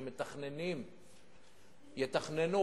יתכננו,